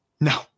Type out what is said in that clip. No